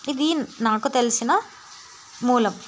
ఇది నాకు తెలిసిన మూలం